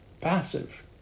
passive